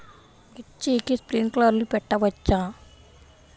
మిర్చికి స్ప్రింక్లర్లు పెట్టవచ్చా?